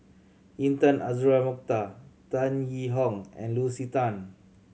Intan Azura Mokhtar Tan Yee Hong and Lucy Tan